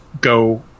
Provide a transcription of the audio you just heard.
go